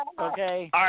Okay